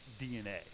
DNA